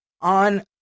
on